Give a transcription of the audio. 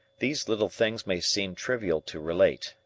these little things may seem trivial to relate,